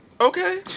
Okay